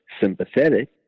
sympathetic